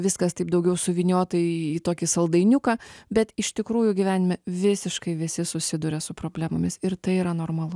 viskas taip daugiau suvyniota į tokį saldainiuką bet iš tikrųjų gyvenime visiškai visi susiduria su problemomis ir tai yra normalu